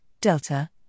delta